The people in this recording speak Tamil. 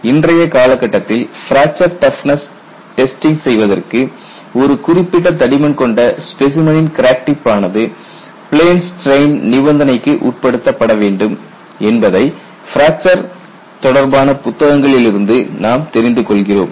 இன்றைய காலகட்டத்தில் பிராக்சர் டஃப்னஸ் டெஸ்டிங் செய்வதற்கு ஒரு குறிப்பிட்ட தடிமன் கொண்ட ஸ்பெசைமனின் கிராக் டிப் ஆனது பிளேன் ஸ்டிரெயின் நிபந்தனைக்கு உட்படுத்தப்பட வேண்டும் என்பதை பிராக்சர் தொடர்பான புத்தகங்களிலிருந்து நாம் தெரிந்து கொள்கிறோம்